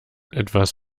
etwas